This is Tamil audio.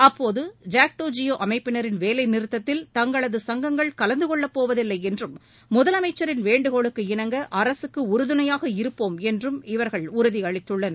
அப்போது ஜாக்டோ ஜியோ அமைப்பினரின் வேலை நிறுத்தத்தில் தங்களது சங்கங்கள் கலந்து கொள்ளப்போவதில்லை என்றும் முதலமைச்சரின் வேண்டுகோளுக்கு இணங்க அரசுக்கு உறுதுணையாக இருப்போம் என்றும் இவர்கள் உறுதியளித்துள்ளனர்